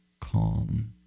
calm